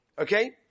Okay